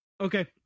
Okay